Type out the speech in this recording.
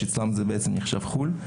ואצלם זה נחשב חו"ל.